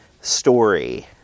story